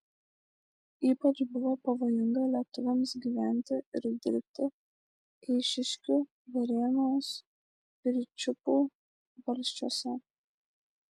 ypač buvo pavojinga lietuviams gyventi ir dirbti eišiškių varėnos pirčiupių valsčiuose